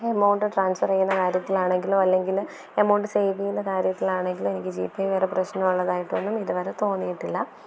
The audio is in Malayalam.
എമൗണ്ട് ട്രാൻസ്ഫെർ ചെയ്യുന്ന കാര്യത്തിലാണെങ്കിലും എമൗണ്ട് സേവ് ചെയ്യുന്ന കാര്യത്തിലാണെങ്കിലും എനിക്ക് ജിപേയിൽ പ്രശ്നമുള്ളതായിട്ടൊന്നും ഇതുവരെ തോന്നിയിട്ടില്ല